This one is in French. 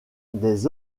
des